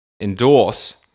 endorse